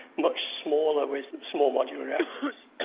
much smaller with small modular reactors.